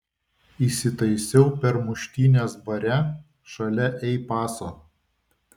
įsitaisiau per muštynes bare šalia ei paso